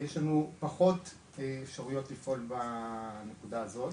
יש לנו פחות אפשרויות לפעול בנקודה הזאת.